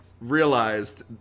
realized